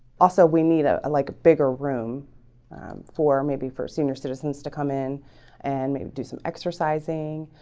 also, we need ah a like a bigger room for maybe for senior citizens to come in and maybe do some exercising